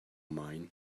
mine